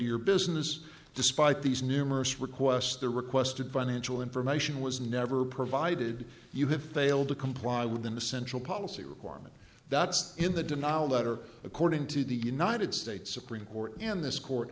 your business despite these numerous requests the requested financial information was never provided you have failed to comply with an essential policy requirement that's in the denali letter according to the united states supreme court in this court